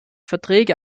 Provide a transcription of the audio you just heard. verträge